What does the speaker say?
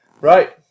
Right